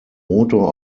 motor